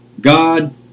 God